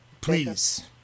please